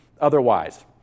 otherwise